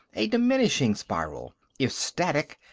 a diminishing spiral if static,